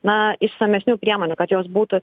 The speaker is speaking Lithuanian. na išsamesnių priemonių kad jos būtų